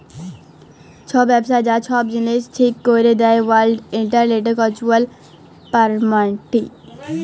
ছব ব্যবসার যা ছব জিলিস ঠিক ক্যরে দেই ওয়ার্ল্ড ইলটেলেকচুয়াল পরপার্টি